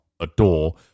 adore